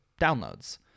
downloads